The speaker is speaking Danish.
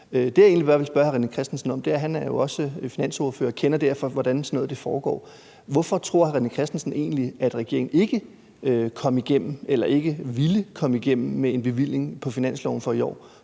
bare vil spørge hr. René Christensen om – for han er jo også finansordfører og kender derfor til, hvordan sådan noget foregår – er: Hvorfor tror hr. René Christensen egentlig, at regeringen ikke kom igennem eller ikke ville komme igennem med en bevilling på finansloven for i år?